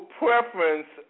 preference